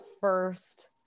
first